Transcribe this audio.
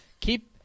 Keep